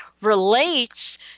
relates